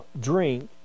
drink